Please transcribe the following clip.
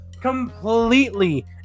completely